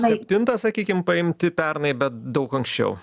septinta sakykim paimti pernai bet daug anksčiau